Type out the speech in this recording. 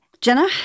Jenna